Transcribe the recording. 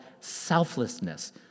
selflessness